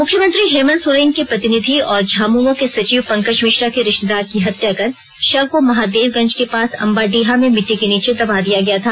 मुख्यमंत्री हेमंत सोरेन के प्रतिनिधि और झामुमो के सचिव पंकज मिश्रा के रिश्तेदार की हत्या कर शव को महादेवगंज के पास अम्बाडीहा में मिट्टी के नीचे दबा दिया गया था